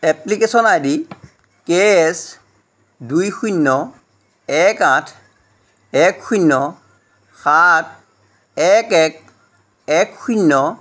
application ID K S দুই শূন্য এক আঠ এক শূন্য সাত এক এক এক শূন্য